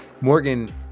Morgan